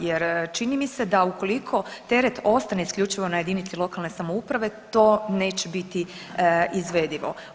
Jer čini mi se da ukoliko teret ostane isključivo na jedinici lokalne samouprave to neće biti izvedivo.